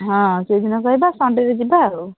ହଁ ସେହିଦିନ କହିବା ସନ୍ଡ଼େରେ ଯିବା ଆଉ